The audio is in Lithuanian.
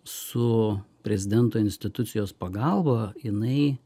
su prezidento institucijos pagalba jinai